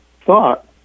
thought